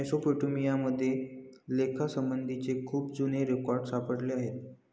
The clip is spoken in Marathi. मेसोपोटेमिया मध्ये लेखासंबंधीचे खूप जुने रेकॉर्ड सापडले आहेत